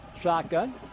shotgun